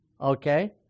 okay